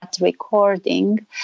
recording